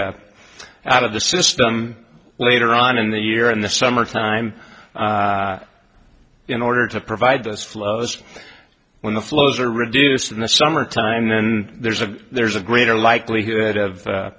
out of the system later on in the year in the summer time in order to provide those flows when the flows are reduced in the summertime then there's a there's a greater likelihood